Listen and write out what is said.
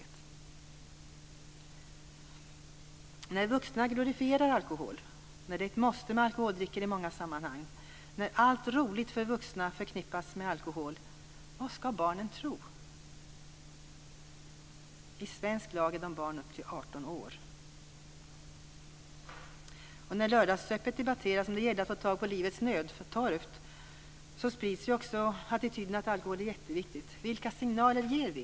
Vad ska barnen tro när vuxna glorifierar alkohol, när det är ett måste med alkoholdrycker i många sammanhang, när allt roligt för vuxna förknippas med alkohol? I svensk lag är barnen barn upp till 18 års ålder. När lördagsöppet debatteras som om det gällde att få tag på livets nödtorft, sprids attityden att alkohol är jätteviktigt. Vilka signaler ger vi?